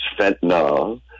fentanyl